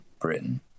Britain